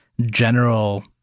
general